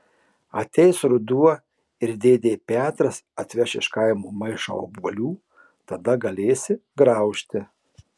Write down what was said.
ateis ruduo ir dėdė petras atveš iš kaimo maišą obuolių tada galėsi graužti